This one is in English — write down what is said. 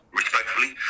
respectfully